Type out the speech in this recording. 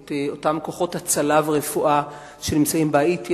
את אותם כוחות הצלה ורפואה שנמצאים בהאיטי.